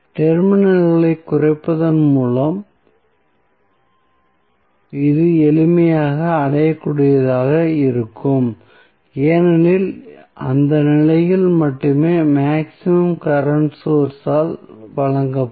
டெர்மினல்களைக் குறைப்பதன் மூலம் இது எளிமையாக அடையக்கூடியதாக இருக்கும் ஏனெனில் அந்த நிலையில் மட்டுமே மேக்ஸிமம் கரண்ட் சோர்ஸ் ஆல் வழங்கப்படும்